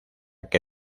que